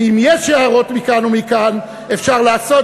ואם יש הערות מכאן ומכאן אפשר לעשות